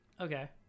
Okay